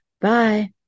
Bye